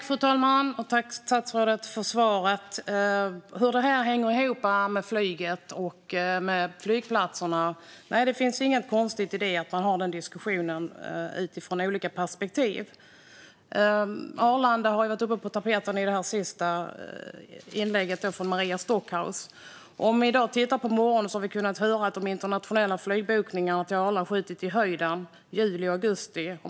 Fru talman! Tack, statsrådet, för svaret! När det gäller hur det här hänger ihop med flyget och flygplatserna finns det inget konstigt i att man har den diskussionen utifrån olika perspektiv. Arlanda var uppe på tapeten i det senaste inlägget från Maria Stockhaus. I dag på morgonen har vi kunnat höra att de internationella flygbokningarna till Arlanda skjutit i höjden för juli och augusti.